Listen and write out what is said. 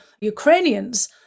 Ukrainians